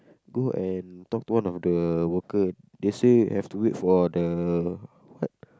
go and talk to one of the worker they say have to wait for the what